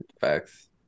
Facts